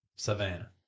Savannah